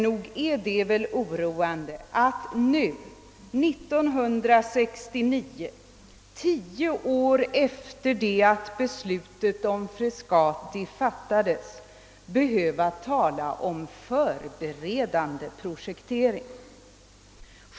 Nog är det väl oroande att man tio år efter det att beslut om Frescati fattades behöver tala om »förberedande projekte ring».